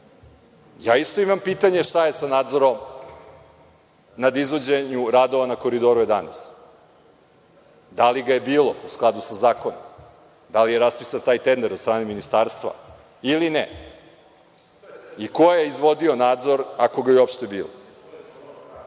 ne. Ja isto imam pitanje – šta je sa nadzorom na izvođenju radova na Koridoru 11? Da li ga je bilo u skladu sa zakonom? Da li je raspisan taj tender od strane Ministarstva ili ne? Ko je izvodio nadzor, ako ga je uopšte